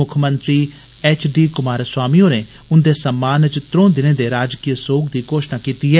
मुक्खमंत्री H D Kumaraswamy होरें उन्दे सम्मान च त्रौ दिनें दे राजकीय सोग दी घोशणा कीती ऐ